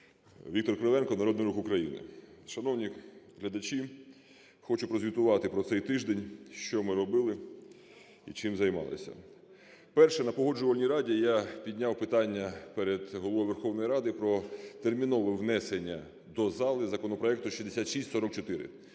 Віктор Кривенко, "Народний рух України". Шановні глядачі, хочу прозвітувати про цей тиждень, що ми робили і чим займалися. Перше. На Погоджувальній раді я підняв питання перед Головою Верховної Ради про термінове внесення до зали законопроекту 6644,